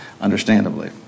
understandably